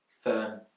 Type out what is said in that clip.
firm